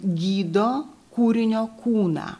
gydo kūrinio kūną